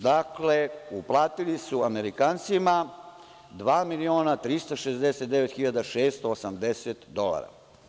Dakle, uplatili su Amerikancima 2.369.680 dolara.